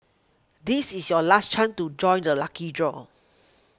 this is your last chance to join the lucky draw